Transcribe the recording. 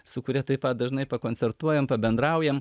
su kuria taip pat dažnai pakoncertuojam pabendraujam